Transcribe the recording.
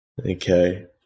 Okay